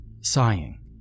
sighing